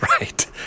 Right